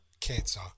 cancer